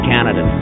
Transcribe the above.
Canada